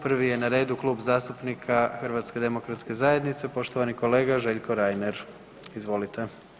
Prvi je na redu Kluba zastupnika HDZ-a poštovani kolega Željko Reiner, izvolite.